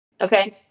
okay